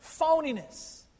phoniness